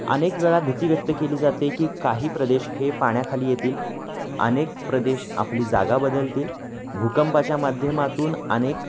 अनेक वेळा भीती व्यक्त केली जाते की काही प्रदेश हे पाण्याखाली येतील अनेक प्रदेश आपली जागा बदलतील भूकंपाच्या माध्यमातून अनेक